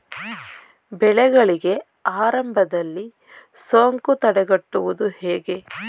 ಬೆಳೆಗಳಿಗೆ ಆರಂಭದಲ್ಲಿ ಸೋಂಕು ತಡೆಗಟ್ಟುವುದು ಹೇಗೆ?